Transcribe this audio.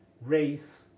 race